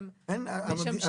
אתם משמשים כתובע וגם כפוסק?